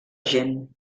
gent